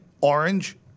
orange